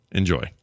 enjoy